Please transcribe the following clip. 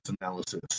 analysis